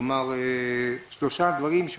כלומר, הוא